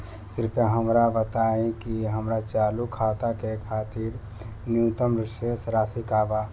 कृपया हमरा बताइ कि हमार चालू खाता के खातिर न्यूनतम शेष राशि का बा